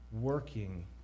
working